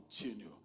continue